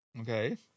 Okay